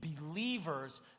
believers